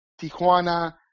Tijuana